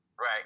Right